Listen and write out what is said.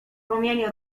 promienie